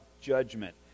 judgment